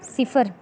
सिफर